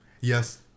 yes